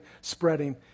spreading